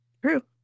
True